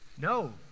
No